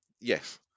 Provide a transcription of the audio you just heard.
Yes